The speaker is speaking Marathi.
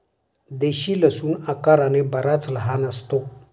देशी लसूण आकाराने बराच लहान असतो